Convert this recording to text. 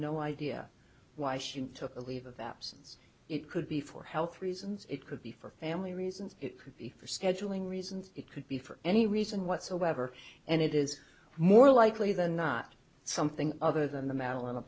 no idea why she took a leave of absence it could be for health reasons it could be for family reasons it could be for scheduling reasons it could be for any reason whatsoever and it is more likely than not something other than the